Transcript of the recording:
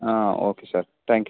ಹಾಂ okay sir thank you